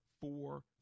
four